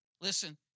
Listen